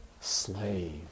Slave